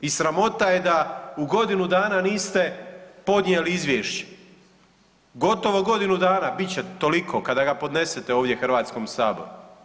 I sramota je da u godinu dana niste podnijeli izvješće, gotovo godinu dana bit će toliko kada ga podnesete ovdje Hrvatskom saboru.